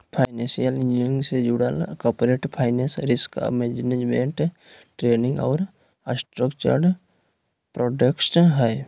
financial engineering से जुडल corporate finance, risk management, trading और स्ट्रक्चर्ड प्रॉडक्ट्स हय